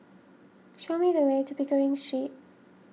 show me the way to Pickering